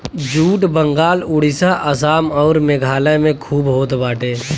jute Bengal Orissa Assam अउर मेघालय में खूब होत बाटे